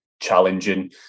challenging